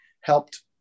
helped